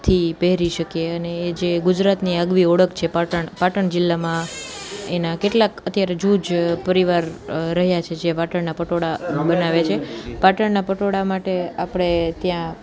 થી પહેરી શકીએ અને જે ગુજરાતની આગવી ઓળખ છે પાટણ પાટણ જિલ્લામાં એના કેટલાક અત્યાર જૂજ પરિવાર રહ્યાં છે જે પાટણના પટોળાં બનાવે છે પાટણના પટોળાં માટે આપણે ત્યાં